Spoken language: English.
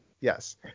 yes